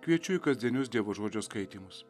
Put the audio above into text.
kviečiu į kasdienius dievo žodžio skaitymus